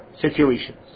situations